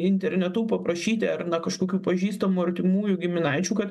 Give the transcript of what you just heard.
internetu paprašyti ar na kažkokių pažįstamų ar artimųjų giminaičių kad